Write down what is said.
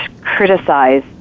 criticize